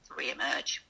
re-emerge